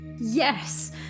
Yes